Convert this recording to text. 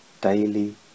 daily